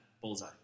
bullseye